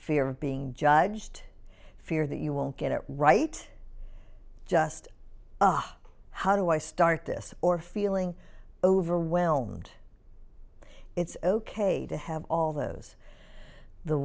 fear of being judged fear that you won't get it right just how do i start this or feeling overwhelmed it's ok to have all those the